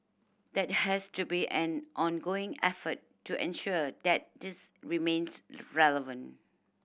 that has to be an ongoing effort to ensure that this remains relevant